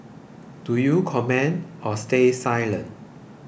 do you comment or stay silent